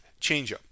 changeup